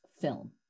film